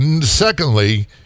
secondly